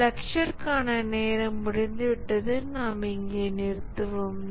இந்த லக்ட்ஷர்க்கான நேரம் முடிந்துவிட்டது நாம் இங்கே நிறுத்துவோம்